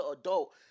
adult